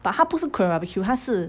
but 它不是 korean B_B_Q 它是